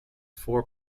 four